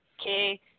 Okay